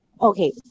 Okay